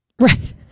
right